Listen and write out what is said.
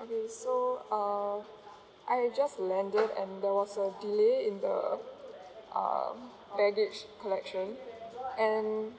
okay so uh I just landed and there was a delay in the um baggage collection and